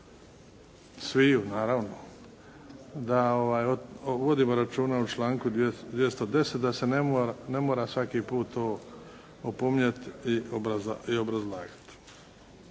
sviju naravno da vodimo računa o članku 210. da se ne mora svaki put to opominjati i obrazlagati.